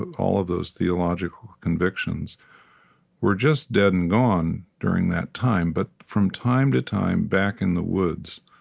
ah all of those theological convictions were just dead and gone during that time. but from time to time, back in the woods,